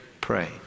pray